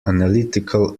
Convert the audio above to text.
analytical